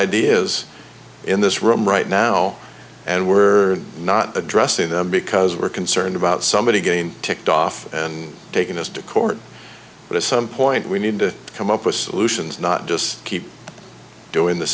ideas in this room right now and we're not addressing them because we're concerned about somebody's game ticked off and taking us to court but at some point we need to come up with solutions not just keep doing the